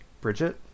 Bridget